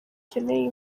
ikeneye